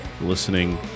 listening